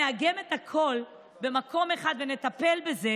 נאגם את הכול במקום אחד ונטפל בזה,